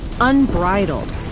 unbridled